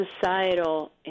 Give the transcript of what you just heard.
societal